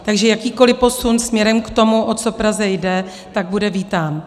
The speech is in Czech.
Takže jakýkoliv posun směrem k tomu, o co Praze jde, tak bude vítán.